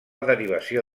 derivació